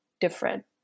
different